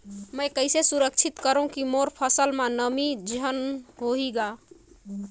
मैं कइसे सुरक्षित करो की मोर फसल म नमी झन होही ग?